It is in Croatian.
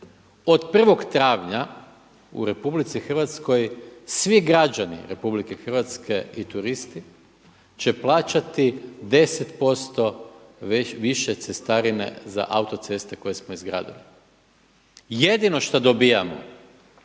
Od prvog travnja u RH, svi građani RH i turisti će plaćati 10% više cestarine za autoceste koje smo izgradili. Jedino što dobivamo